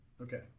Okay